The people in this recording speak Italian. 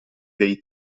dei